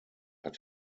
hat